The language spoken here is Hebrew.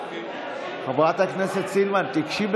חברת הכנסת סילמן, תיגשי,